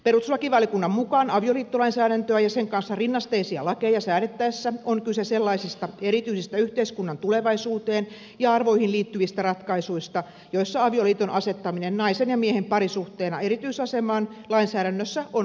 perustuslakivaliokunnan mukaan avioliittolainsäädäntöä ja sen kanssa rinnasteisia lakeja säädettäessä on kyse sellaisista erityisistä yhteiskunnan tulevaisuuteen ja arvoihin liittyvistä ratkaisuista joissa avioliiton asettaminen naisen ja miehen parisuhteena erityisasemaan lainsäädännössä on perusteltua